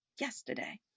yesterday